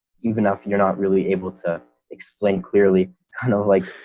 even if you're not really able to explain clearly, kind of like,